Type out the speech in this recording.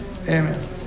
Amen